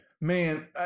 Man